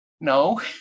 No